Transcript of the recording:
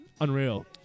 unreal